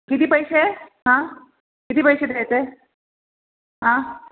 किती पैसे किती पैसे द्यायचे आं